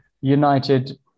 United